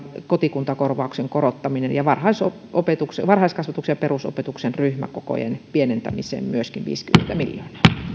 kotikuntakorvauksen korottaminen ja varhaiskasvatuksen ja perusopetuksen ryhmäkokojen pienentämiseen myöskin viisikymmentä miljoonaa